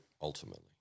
ultimately